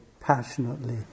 passionately